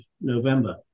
November